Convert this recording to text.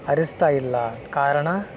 ಹರಿಸ್ತಾ ಇಲ್ಲ ಕಾರಣ